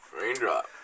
Raindrop